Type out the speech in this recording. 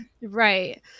right